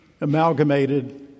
amalgamated